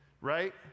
right